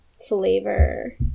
flavor